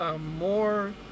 more